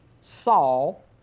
Saul